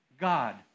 God